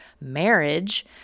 marriage